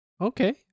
okay